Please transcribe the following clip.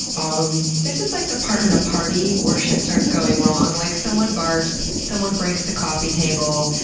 um this is like the part in a party where shit starts going wrong. like, someone barfs, someone breaks the coffee table,